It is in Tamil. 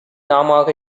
நாமாக